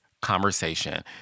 conversation